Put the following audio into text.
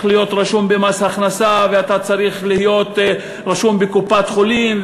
להיות רשום במס הכנסה ואתה צריך להיות רשום בקופת-חולים,